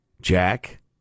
Jack